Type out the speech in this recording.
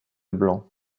blanc